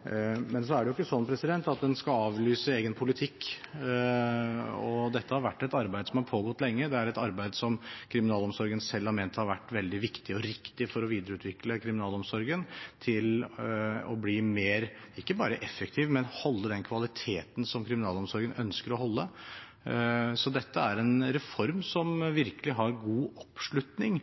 Men det er jo ikke sånn at en skal avlyse egen politikk. Dette er et arbeid som har pågått lenge. Det er et arbeid som kriminalomsorgen selv har ment har vært veldig viktig og riktig for å videreutvikle kriminalomsorgen til ikke bare å bli mer effektiv, men holde den kvaliteten som kriminalomsorgen ønsker å holde. Så dette er en reform som virkelig har god oppslutning